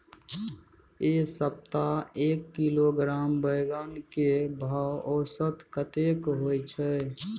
ऐ सप्ताह एक किलोग्राम बैंगन के भाव औसत कतेक होय छै?